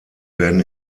werden